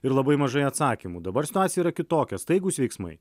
ir labai mažai atsakymų dabar situacija yra kitokia staigūs veiksmai